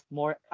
more